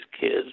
kids